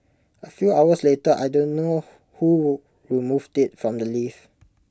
A few hours later I don't know who removed IT from the lift